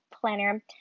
planner